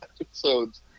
episodes